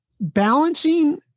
Balancing